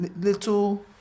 little